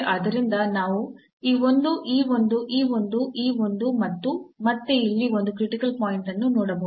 ಆದ್ದರಿಂದ ನಾವು ಈ ಒಂದು ಈ ಒಂದು ಈ ಒಂದು ಈ ಒಂದು ಮತ್ತು ಮತ್ತೆ ಇಲ್ಲಿ ಒಂದು ಕ್ರಿಟಿಕಲ್ ಪಾಯಿಂಟ್ ಅನ್ನು ನೋಡಬಹುದು